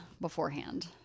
beforehand